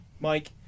Mike